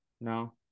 No